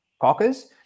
Cockers